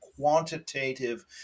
Quantitative